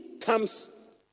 comes